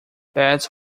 beds